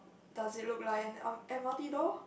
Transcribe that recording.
does it look like an M M_R_T door